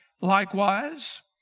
Likewise